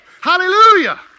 Hallelujah